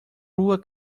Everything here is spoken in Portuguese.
rua